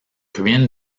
ruines